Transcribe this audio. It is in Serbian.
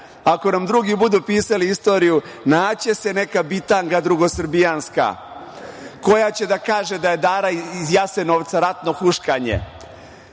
Ako nam drugi budu pisali istoriju naći će se neka bitanga drugosrbijanska koja će da kaže da je „Dara iz Jasenovca“ ratno huškanje.